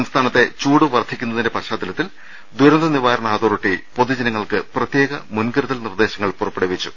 സംസ്ഥാനത്തെ ചൂട് വർദ്ധി ക്കുന്നതിന്റെ പശ്ചാത്തലത്തിൽ ദൂരന്ത നിവാരണ അതോറിറ്റി പൊതു ജനങ്ങൾക്ക് പ്രത്യേക മുൻകരുതൽ നിർദേശങ്ങൾ പുറപ്പെടുവിച്ചു